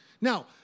Now